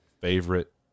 favorite